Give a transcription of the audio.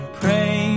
pray